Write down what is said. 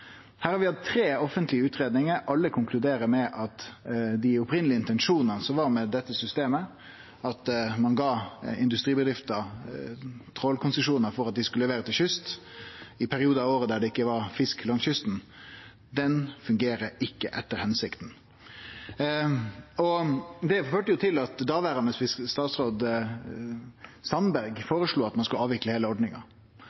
Her har vi hatt tre offentlege utgreiingar, og alle konkluderer med at dei opphavlege intensjonane med dette systemet, som var at ein gav industribedrifter trålkonsesjonar for at dei skulle levere til kystflåten i periodar av året da det ikkje var fisk langs kysten, ikkje fungerer etter hensikta. Det førte til at daverande statsråd Sandberg